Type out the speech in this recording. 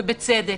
ובצדק.